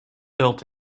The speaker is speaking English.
built